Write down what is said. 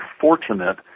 fortunate